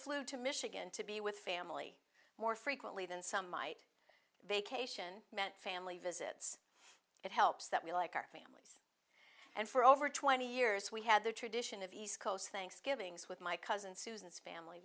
flew to michigan to be with family more frequently than some might vacation meant family visits it helps that we like our families and for over twenty years we had the tradition of east coast thanksgivings with my cousin susan's family